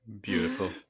Beautiful